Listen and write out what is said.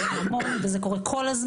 זה קורה הרבה וכל הזמן.